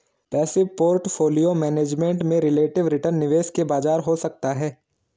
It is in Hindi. पैसिव पोर्टफोलियो मैनेजमेंट में रिलेटिव रिटर्न निवेश के बराबर हो सकता है